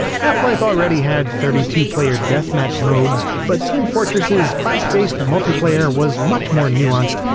half-life already had thirty two player deathmatch modes, but team fortress's class-based multiplayer was much more nuanced,